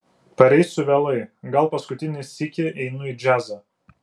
pareisiu vėlai gal paskutinį sykį einu į džiazą